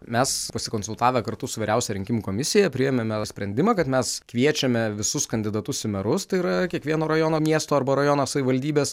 mes pasikonsultavę kartu su vyriausia rinkimų komisija priėmėme sprendimą kad mes kviečiame visus kandidatus į merus tai yra kiekvieno rajono miesto arba rajono savivaldybės